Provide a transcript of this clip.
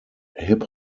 hip